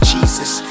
Jesus